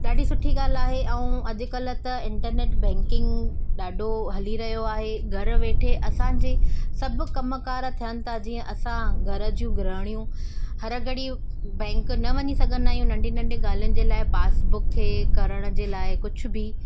ॾाढी सुठी ॻाल्हि आहे ऐं अॼुकल्ह त इंटरनेट बैंकिंग ॾाढो हली रहियो आहे घरु वेठे असांजे सभु कमुकारु थियनि ता जीअं असां घर जूं गृहणियूं हर घड़ी बैंक न वञी सघंदा आहियूं नंढी नंढी ॻाल्हियुनि जे लाइ पासबुक थे करण जे लाइ कुझु बि